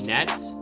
Nets